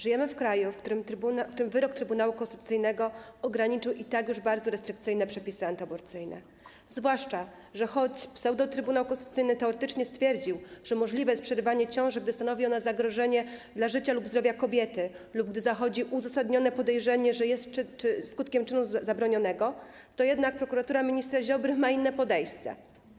Żyjemy w kraju, w którym wyrok Trybunału Konstytucyjnego zaostrzył i tak już bardzo restrykcyjne przepisy antyaborcyjne, zwłaszcza że choć pseudo-Trybunał Konstytucyjny teoretycznie stwierdził, że możliwe jest przerwanie ciąży, gdy stanowi ona zagrożenie dla życia lub zdrowia kobiety lub gdy zachodzi uzasadnione podejrzenie, że jest skutkiem czynu zabronionego, to jednak prokuratura ministra Ziobry ma inne podejście.